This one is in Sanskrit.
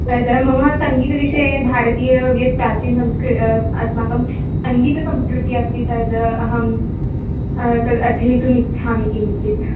तद मम सङ्गीतविषये भारतीयं यत् प्राचीनसंस्क् अस्माकं सङ्गीतसंस्कृतिः अस्ति तद् अहं तद् अध्येतुमिच्छामि किञ्चित्